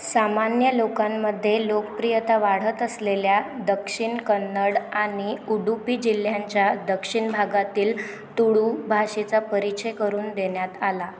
सामान्य लोकांमध्ये लोकप्रियता वाढत असलेल्या दक्षिण कन्नड आणि उडुपी जिल्ह्यांच्या दक्षिण भागातील तुळू भाषेचा परिचय करून देण्यात आला